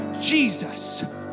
Jesus